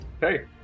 Hey